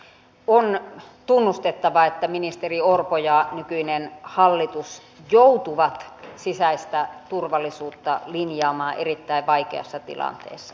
on tunnustettava että ministeri orpo ja nykyinen hallitus joutuvat sisäistä turvallisuutta linjaamaan erittäin vaikeassa tilanteessa